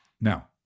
Now